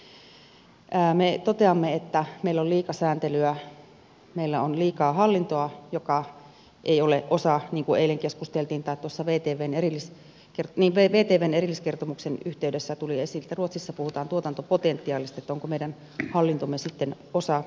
me toteamme että meillä on liikasääntelyä meillä on liikaa hallintoa joka ei ole osa niin kuin eilen vtvn erilliskertomuksen yhteydessä tuli esiin että ruotsissa puhutaan tuotantopotentiaalista sitä tuotantopotentiaalia